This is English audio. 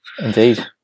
Indeed